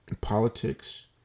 politics